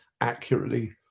accurately